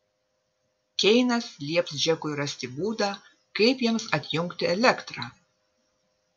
keinas lieps džekui rasti būdą kaip jiems atjungti elektrą